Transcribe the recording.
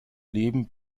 leben